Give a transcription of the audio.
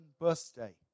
birthday